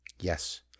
Yes